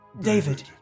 David